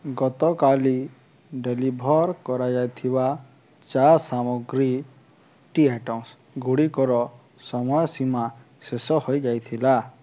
ଗତକାଲି ଡେଲିଭର୍ କରାଯାଇଥିବା ଚା ସାମଗ୍ରୀ ଟି ଆଇଟ୍ମସ୍ ଗୁଡ଼ିକର ସମୟ ସୀମା ଶେଷ ହୋଇଯାଇଥିଲା